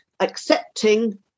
accepting